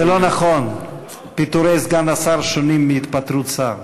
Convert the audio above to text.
זה לא נכון, פיטורי סגן השר שונים מהתפטרות שר.